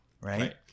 right